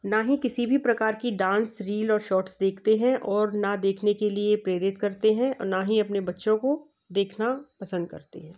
ना ही किसी भी प्रकार की डांस रील और शॉट्स देखते हैं और ना देखने के लिए प्रेरित करते हैं और ना ही अपने बच्चों को देखना पसंद करते हैं